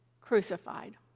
crucified